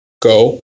go